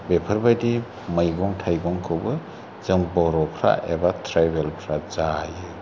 बेफोरबायदि मैगं थाइगंखौबो जों बर'फ्रा एबा ट्राइबेलफ्रा जायो